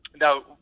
now